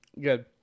good